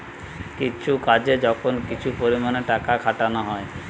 কিছু কাজে যখন কিছু পরিমাণে টাকা খাটানা হয়